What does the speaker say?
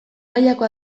mailako